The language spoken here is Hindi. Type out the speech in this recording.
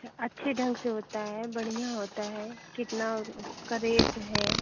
तो अच्छे ढंग से होता है बढ़िया होता है कितना उसका रेट है